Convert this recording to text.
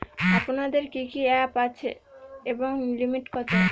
আপনাদের কি কি অ্যাপ আছে এবং লিমিট কত?